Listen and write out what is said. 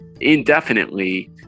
indefinitely